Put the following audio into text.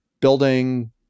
building